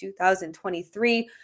2023